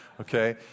okay